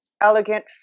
elegant